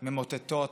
ממוטטות.